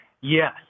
Yes